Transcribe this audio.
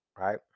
Right